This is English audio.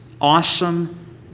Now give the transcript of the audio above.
awesome